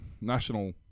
national